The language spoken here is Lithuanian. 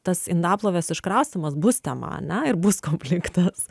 tas indaplovės iškraustymas bus tema ane ir bus konfliktas